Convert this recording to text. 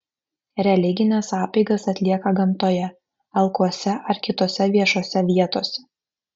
religines apeigas atlieka gamtoje alkuose ar kitose viešose vietose